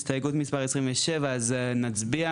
הסתייגות מספר 27, אז נצביע.